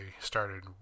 started